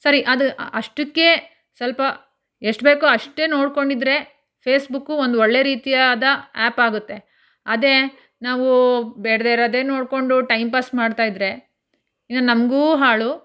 ಸರಿ ಅದು ಅಷ್ಟಕ್ಕೇ ಸ್ವಲ್ಪ ಎಷ್ಟು ಬೇಕೋ ಅಷ್ಟೇ ನೋಡಿಕೊಂಡಿದ್ರೆ ಫೇಸ್ಬುಕ್ಕು ಒಂದು ಒಳ್ಳೆಯ ರೀತಿಯಾದ ಆ್ಯಪಾಗುತ್ತೆ ಅದೇ ನಾವು ಬೇಡದೇ ಇರೋದೇ ನೋಡಿಕೊಂಡು ಟೈಮ್ ಪಾಸ್ ಮಾಡ್ತಾಯಿದ್ದರೆ ಇದು ನಮಗೂ ಹಾಳು